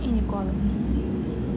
inequality